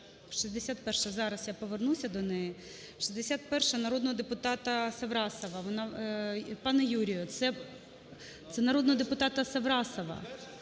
61-а народного депутата Саврасова.